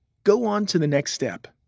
go on to the next step.